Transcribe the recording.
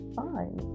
fine